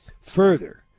Further